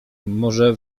może